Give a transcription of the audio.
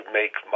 make